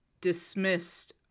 dismissed